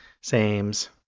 Sames